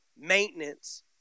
maintenance